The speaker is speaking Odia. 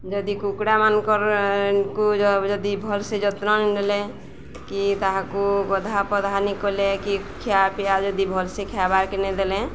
ଯଦି କୁକୁଡ଼ାମାନଙ୍କୁ ଯଦି ଭଲରେ ଯତ୍ନ ନ ନେଲେ କି ତାହାକୁ ଗାଧା ପାଧା ନ କଲେ କି ଖିଆ ପିଆ ଯଦି ଭଲରେ ଖାଇବାକୁ ନଦେଲେ ଦେଲେ